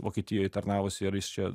vokietijoj tarnavusį ir jis čia